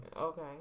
okay